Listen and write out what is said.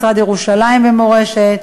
משרד לירושלים ומורשת,